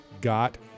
got